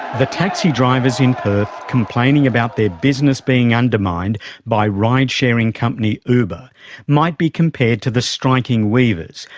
the taxi drivers in perth complaining about their business being undermined by ride sharing company uber might be compared to the striking weavers,